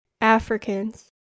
Africans